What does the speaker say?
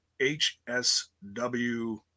HSW